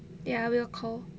ya I will call